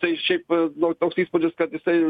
tai šiaip nu toks įspūdis kad jisai